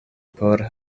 por